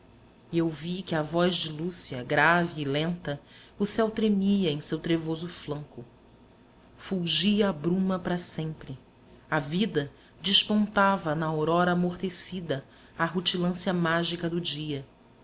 eu vi que à voz de lúcia grave e lenta o céu tremia em seu trevoso flanco fulgia a bruma para sempre a vida despontava na aurora amortecida à rutilância mágica do dia